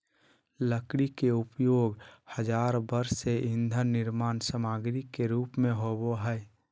लकड़ी के उपयोग हजार वर्ष से ईंधन निर्माण सामग्री के रूप में होबो हइ